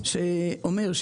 יש מישהו שאומר,